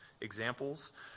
examples